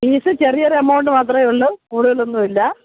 fees ചെറിയൊരു amount മാത്രമേയുള്ളു കൂടുതലൊന്നും ഇല്ല